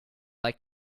like